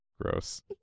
Gross